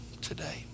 today